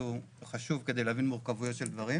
הוא חשוב כדי להבין מורכבויות של דברים.